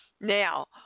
Now